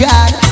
God